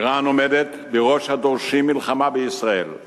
אירן עומדת בראש הדורשים מלחמה בישראל.